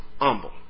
humble